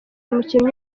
umukinnyi